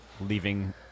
leaving